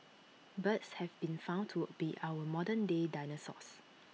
birds have been found to be our modern day dinosaurs